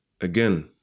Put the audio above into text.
again